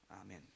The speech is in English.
Amen